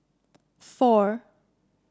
four